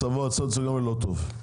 מצבו הסוציו-אקונומי לא טוב.